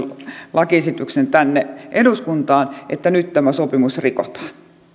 lakiesityksen tänne eduskuntaan että nyt tämä sopimus rikotaan